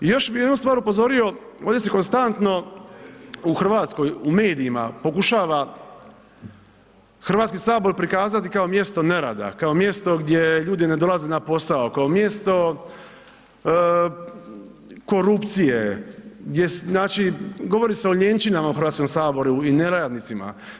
I još bih jednu stvar upozorio, ovdje se konstantno u Hrvatskoj, u medijima pokušava HS prikazati kao mjesto nerada, kao mjesto gdje ljudi ne dolaze na posao, kao mjesto korupcije, gdje znači, govori se o lijenčinama u Hrvatskom saboru i neradnicima.